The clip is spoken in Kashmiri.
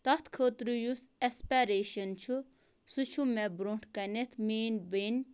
تَتھ خٲطرٕ یُس ایٚسپیریشَن چھُ سُہ چھُ مےٚ برونٹھ کَنٮ۪تھ مینۍ بینہِ